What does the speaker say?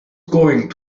going